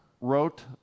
wrote